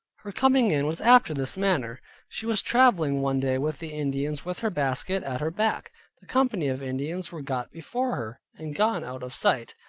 her coming in was after this manner she was traveling one day with the indians, with her basket at her back the company of indians were got before her, and gone out of sight,